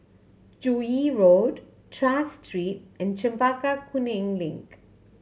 Joo Yee Road Tras Street and Chempaka Kuning Link